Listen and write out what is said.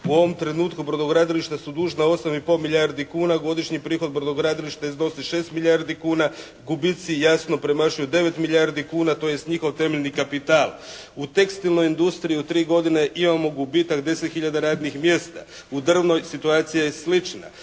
U ovom trenutku brodogradilišta su dužna 8 i pol milijardi kuna. Godišnji prihod brodogradilišta iznosi 6 milijardi kuna. Gubici jasno premašuju 9 milijardi kuna. To jest njihov temeljni kapital. U tekstilnoj industriji u 3 godine imamo gubitak 10 hiljada radnih mjesta. U drvnoj situacija je slična.